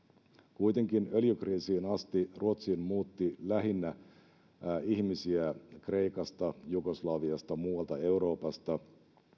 kuitenkin öljykriisiin asti ruotsiin muutti ihmisiä lähinnä kreikasta jugoslaviasta muualta euroopasta